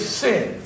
sin